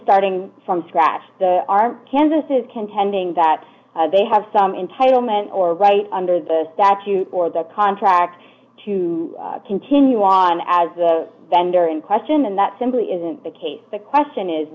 starting from scratch are canvases contending that they have some entitlement or right under the statute or the contract to continue on as a vendor in question and that simply isn't the case the question is